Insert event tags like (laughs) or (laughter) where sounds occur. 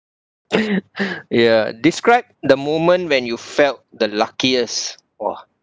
(laughs) ya describe the moment when you felt the luckiest !wah!